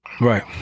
Right